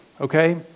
okay